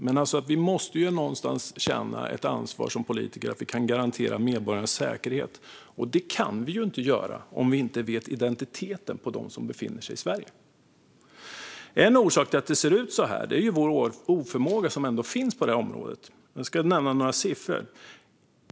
Som politiker måste vi känna ett ansvar för att kunna garantera medborgarnas säkerhet, och det kan vi inte göra om vi inte vet identiteten på dem som befinner sig i Sverige. En orsak till att det ser ut så här är vår oförmåga på detta område. Låt mig nämna några siffror.